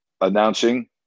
announcing